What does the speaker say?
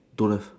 don't have